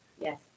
Yes